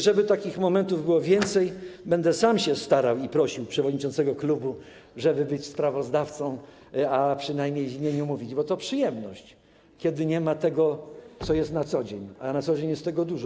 Żeby takich momentów było więcej, będę sam się starał i prosił przewodniczącego klubu, żeby być sprawozdawcą, a przynajmniej w imieniu klubu mówić, bo to przyjemność, kiedy nie ma tego, co jest na co dzień, a na co dzień jest tego dużo.